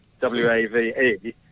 W-A-V-E